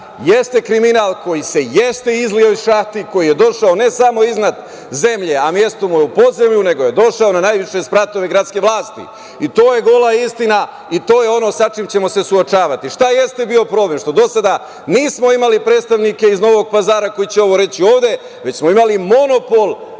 jeste kriminal koji se jeste izlio iz šahti, koji je došao ne samo iznad zemlje, a mesto mu je u podzemlju, nego je došao na najviše spratove gradske vlasti. To je gola istina i to je ono sa čim ćemo se suočavati. Šta je bio problem? To što do sada nismo imali predstavnike iz Novog Pazara koji će ovo reći ovde, već smo imali monopol